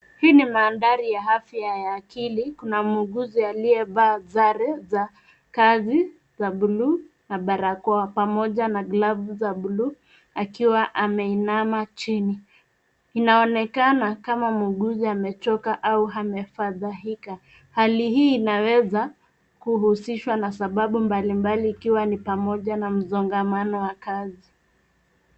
Hii ni mandhari ya afya ya akili. Kuna muuguzi aliyevaa sare za kazi za buluu na barakoa pamoja na glavu za buluu akiwa ameinama chini. Inaonekana kama muugzi amechoka au amefadhaika. Hali hii inaweza kuhusishwa na sababu mbalimbali ikiwa ni pamoja na msongamano wa kazi.